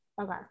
Okay